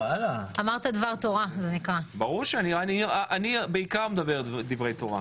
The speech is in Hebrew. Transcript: וגם אמרתי דבר תורה, בעיקר דברי תורה